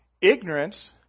Ignorance